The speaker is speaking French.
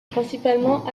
principalement